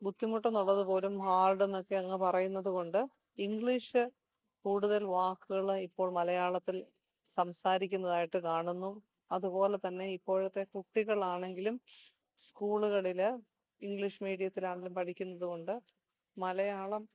ബുദ്ധിമുട്ടെന്നുള്ളതുപോലും ഹാർഡെന്നൊക്കെ അങ്ങ് പറയുന്നതുകൊണ്ട് ഇംഗ്ലീഷ് കൂടുതൽ വാക്കുകൾ ഇപ്പോൾ മലയാളത്തിൽ സംസാരിക്കുന്നതായിട്ട് കാണുന്നു അതുപോലെ തന്നെ ഇപ്പോഴത്തെ കുട്ടികളാണെങ്കിലും സ്കൂളുകളിൽ ഇംഗ്ലീഷ് മീഡിയത്തിലാണെങ്കിലും പഠിക്കുന്നതുകൊണ്ട് മലയാളം